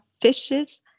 fishes